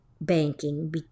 banking